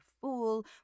fool